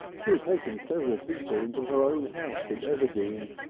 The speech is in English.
she had taken several people into her own house at everdean,